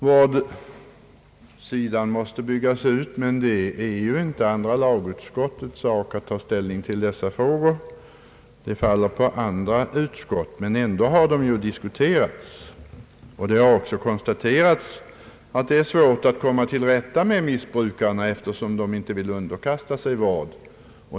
Vårdsidan måste byggas ut, men det är ju inte andra lagutskottets sak att ta ställning till den frågan — den faller under annat utskott, även om den ändå diskuterats. Det har också här konstaterats att det är svårt att komma till rätta med missbrukarna, eftersom de inte vill underkasta sig vård.